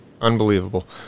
Unbelievable